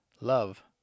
Love